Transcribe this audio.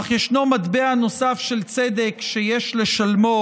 אך ישנו מטבע נוסף של צדק שיש לשלמו,